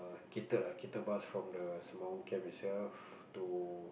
catered ah catered bus from the Sembawang camp itself to